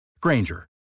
Granger